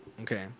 Okay